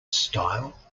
style